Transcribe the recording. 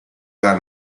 are